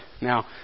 Now